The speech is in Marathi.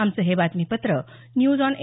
आमचं हे बातमीपत्र न्यूज आॅन ए